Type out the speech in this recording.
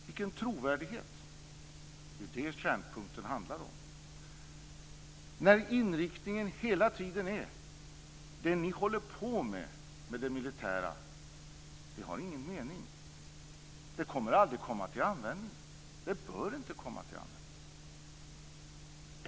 Vilken trovärdighet har det? Det är det kärnpunkten handlar om. Inriktningen är hela tiden att det vi håller på med i det militära inte har någon mening. Det kommer aldrig att komma till användning. Det bör inte komma till användning.